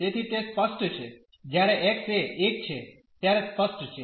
તેથી તે સ્પષ્ટ છે જ્યારે x એ 1 છે ત્યારે સ્પષ્ટ છે